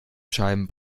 scheiben